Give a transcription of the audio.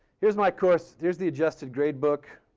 here's my course. here's the adjusted grade book.